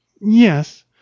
Yes